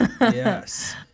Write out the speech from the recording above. Yes